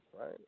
right